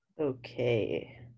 Okay